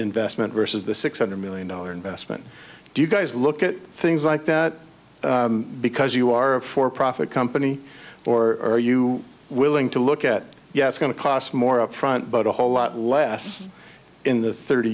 investment versus the six hundred million dollar investment do you guys look at things like that because you are a for profit company or are you willing to look at yeah it's going to cost more upfront but a whole lot less in the thirty